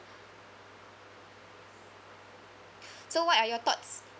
so what are your thoughts